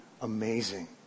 amazing